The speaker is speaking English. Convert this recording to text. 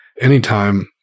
anytime